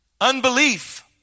Unbelief